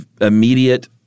immediate